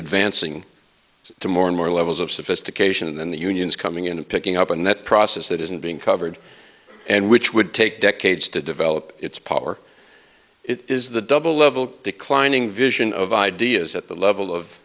advancing to more and more levels of sophistication in the unions coming in and picking up and that process that isn't being covered and which would take decades to develop its power it is the double level declining vision of ideas at the level of